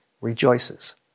rejoices